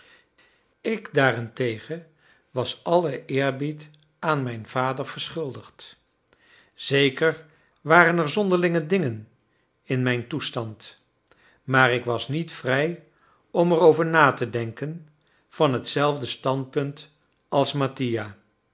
ik daarentegen was allen eerbied aan mijn vader verschuldigd zeker waren er zonderlinge dingen in mijn toestand maar ik was niet vrij om erover na te denken van hetzelfde standpunt als mattia